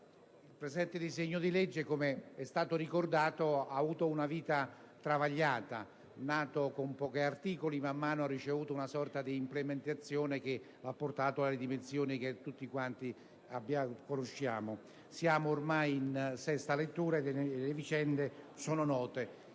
il presente disegno di legge - com'è stato ricordato - ha avuto una vita travagliata. Nato con pochi articoli, man mano ha ricevuto una sorta di implementazione che l'ha portato alle dimensioni che tutti quanti conosciamo. Siamo ormai in sesta lettura e le vicende sono note.